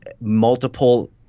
multiple